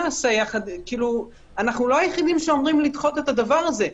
אנחנו לא היחידים שאומרים לדחות את הדבר הזה.